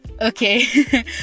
Okay